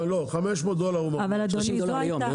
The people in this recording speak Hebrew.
30 דולר ליום.